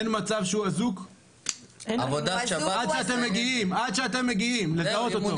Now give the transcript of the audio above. אין מצב שהוא אזוק עד שאתם מגיעים לזהות אותו?